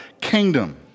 kingdom